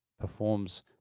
performs